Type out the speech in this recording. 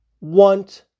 want